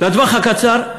לטווח הקצר,